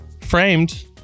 framed